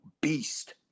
beast